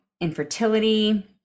infertility